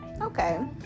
okay